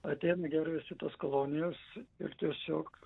ateina gervės į šitas kolonijas ir tiesiog